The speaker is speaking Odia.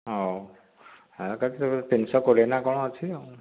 ହେଉ କେତେ ତିନିଶହ କୋଡ଼ିଏ ନା କ'ଣ ଅଛି ଆଉ